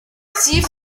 sie